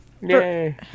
Yay